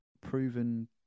proven